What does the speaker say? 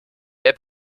wer